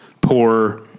poor